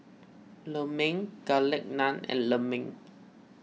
Lemang Garlic Naan and Lemang